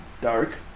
dark